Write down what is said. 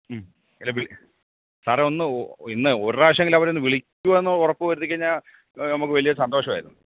മ് ഇല്ല വി സാറെ ഒന്ന് ഇന്ന് ഒരു പ്രാവശ്യമെങ്കിലും അവരെയൊന്നു വിളിക്കുകയെന്നുറപ്പ് വരുത്തിക്കഴിഞ്ഞാൽ നമുക്ക് വലിയ സന്തോഷമായിരുന്നു